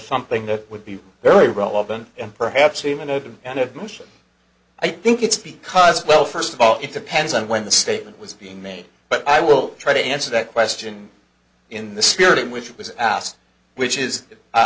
something that would be very relevant and perhaps even open and of motion i think it's because well first of all it depends on when the statement was being made but i will try to answer that question in the spirit in which it was asked which is